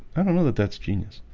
i don't know that that's genius